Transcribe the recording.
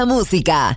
Música